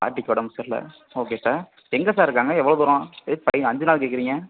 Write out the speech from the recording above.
பாட்டிக்கு உடம்பு சரியில்லை ஓகே சார் எங்கே சார் இருக்காங்க எவ்வளோ தூரம் எதுக்கு ஃபை ஐந்து நாள் கேட்கிறீங்க